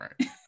right